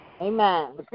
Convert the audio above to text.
Amen